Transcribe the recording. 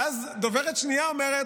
ואז דוברת שנייה אומרת: